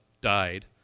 Died